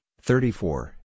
thirty-four